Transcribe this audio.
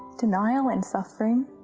denial, and suffering,